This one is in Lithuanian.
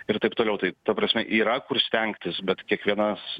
ir taip toliau tai ta prasme yra kur stengtis bet kiekvienas